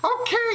Okay